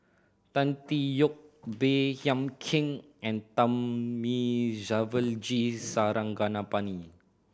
Tan Tee Yoke Baey Yam Keng and Thamizhavel G Sarangapani